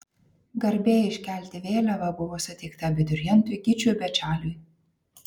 garbė iškelti vėliavą buvo suteikta abiturientui gyčiui bečaliui